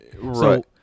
Right